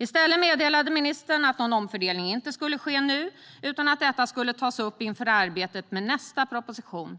I stället meddelade ministern att någon omfördelning inte skulle ske nu utan att detta skulle tas upp inför arbetet med nästa proposition